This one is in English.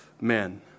men